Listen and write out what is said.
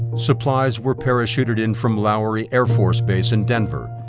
supplies were parachuted in from lowry air force base in denver.